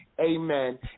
Amen